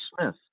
Smith